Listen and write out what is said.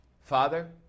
Father